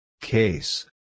Case